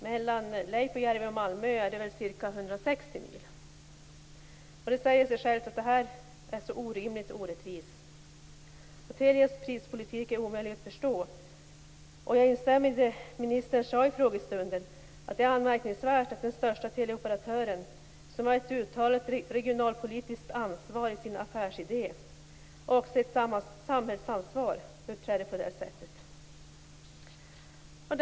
Mellan Leipojärvi och Malmö är det ca 160 mil. Det säger sig självt att det här är orimligt och orättvist. Telias prispolitik är omöjlig att förstå. Jag instämmer i det ministern sade i frågestunden, nämligen att det är anmärkningsvärt att den största teleoperatören, som har ett uttalat regionalpolitiskt ansvar i sin affärsidé och även ett samhällsansvar, uppträder på det sättet.